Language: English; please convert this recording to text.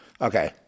okay